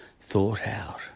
thought-out